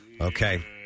Okay